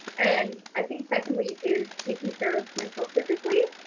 and i think secondly is taking care of myself physically.